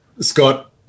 Scott